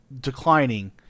declining